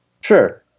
Sure